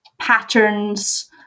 patterns